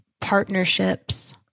partnerships